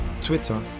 Twitter